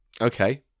Okay